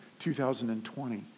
2020